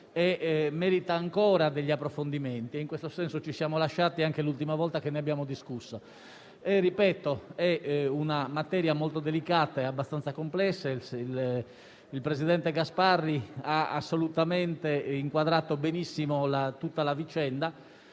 e merita ancora degli approfondimenti. In questo senso ci siamo lasciati anche l'ultima volta che ne abbiamo discusso. Ribadisco che si tratta di una materia molto delicata e abbastanza complessa e il presidente Gasparri ha inquadrato benissimo l'intera vicenda.